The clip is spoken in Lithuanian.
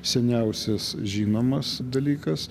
seniausias žinomas dalykas